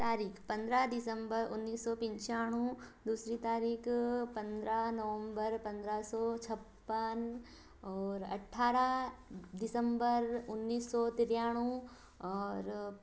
तारीख पंद्रह दिसंबर उन्नीस सौ पंचानवे दूसरी तारीक पंद्रह नोवम्भर पंद्रह सौ छप्पन और अठारह दिसंबर उन्नीस सौ तिरानवे और